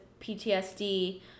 PTSD